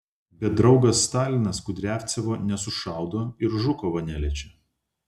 bet draugas stalinas kudriavcevo nesušaudo ir žukovo neliečia